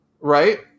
Right